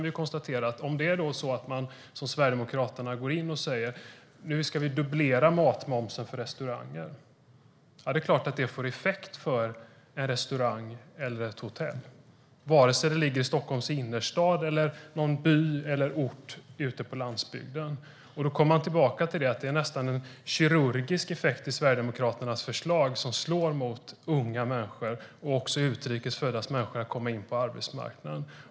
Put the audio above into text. Om man dubblerar matmomsen för restauranger, som Sverigedemokraterna säger att man ska, är det klart att det får effekt för en restaurang eller ett hotell oavsett om det ligger i Stockholms innerstad eller i någon by eller ort ute på landsbygden. Då kommer vi tillbaka till att det är med en nästan kirurgisk precision som Sverigedemokraternas förslag slår mot ungas och utrikes föddas möjligheter att komma in på arbetsmarknaden.